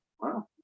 Wow